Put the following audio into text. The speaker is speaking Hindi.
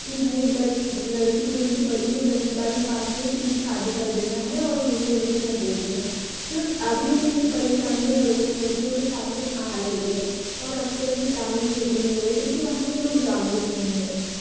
कि भाई लड़की थोड़ी सी बड़ी हुई दसवीं बारवीं पास हुई कि उनकी शादी कर देना है और उनको उनके घर भेज देना है मतलब अभी भी ये परेशानी है लड़कियों के साथ में आ रही है और अक्सर यह ग्रामीण क्षेत्र में हो रहे हैं क्योंकि वहाँ के लोग जागरूक नहीं हैं